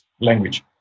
language